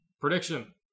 Prediction